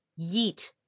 yeet